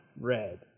red